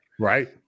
Right